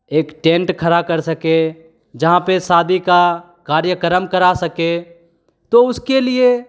एक टेंट खड़ा कर सकें जहाँ पर शादी का कार्यक्रम कर सकें तो उसके लिए